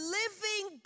living